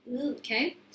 Okay